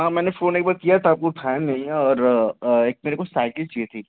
हाँ मैने फोन एकबार किया था आप उठाए नही और एक मेरे को साइकिल चाहिए थी